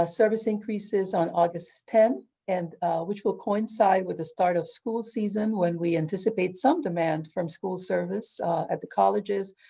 ah service increases august tenth and which will coincide with the start of school season when we anticipate some demand from school service at the colleges,